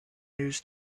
news